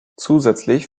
zusätzlich